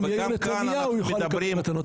גם יאיר נתניהו יוכל לקבל מתנות.